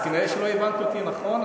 אה.